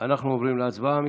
אנחנו עוברים להצבעה.